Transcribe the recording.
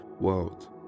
world